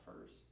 first